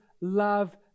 love